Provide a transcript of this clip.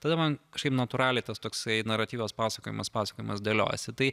tada man kažkaip natūraliai tas toksai naratyvas pasakojimas pasakojimas dėliojasi tai